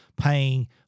paying